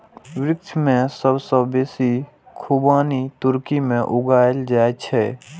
विश्व मे सबसं बेसी खुबानी तुर्की मे उगायल जाए छै